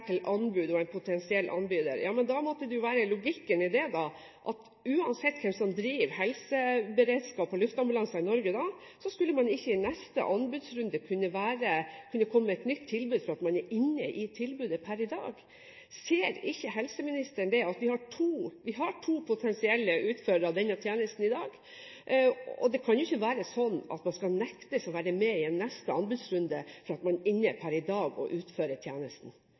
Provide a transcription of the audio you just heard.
til anbud og en potensiell anbyder. Da måtte logikken i det være at uansett hvem som driver helseberedskap og luftambulanse i Norge i dag, skulle man ikke i neste anbudsrunde kunne komme med et nytt tilbud fordi man er inne i tilbudet per i dag. Ser ikke helseministeren at vi har to potensielle utførere av denne tjenesten i dag, og det kan ikke være slik at man skal nektes å være med i neste anbudsrunde fordi man er inne per i dag og utfører tjenesten?